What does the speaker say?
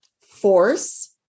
force